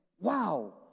wow